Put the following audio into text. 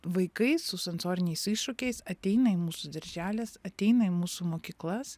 vaikai su sensoriniais iššūkiais ateina į mūsų darželį ateina į mūsų mokyklas